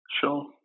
Sure